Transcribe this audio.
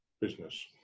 business